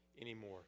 anymore